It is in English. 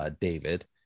David